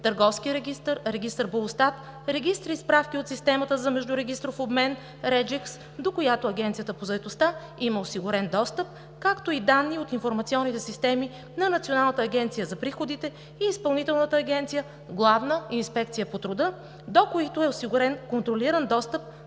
Търговският регистър, Регистър БУЛСТАТ, регистри и справки от системата за междурегистров обмен RegiX, до която Агенцията по заетостта има осигурен достъп, както и данни от информационните системи на Националната агенция за приходите и Изпълнителната агенция „Главна инспекция по труда“, до които е осигурен контролиран достъп